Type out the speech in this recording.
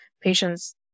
patient's